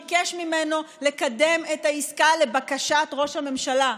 שביקש ממנו לקדם את העסקה לבקשת ראש הממשלה,